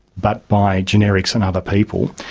but by generics and other people.